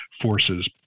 forces